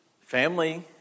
Family